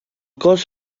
cos